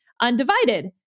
undivided